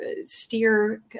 steer